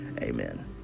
Amen